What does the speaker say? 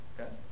Okay